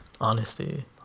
honesty